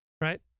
right